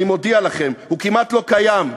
אני מודיע לכם, הוא כמעט לא קיים.